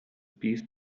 peace